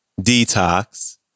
Detox